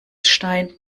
stein